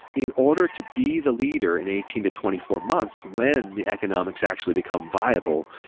in order to be the leader in eighteen to twenty four months when the economics actually become viable,